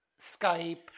Skype